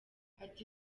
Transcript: ati